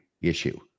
issue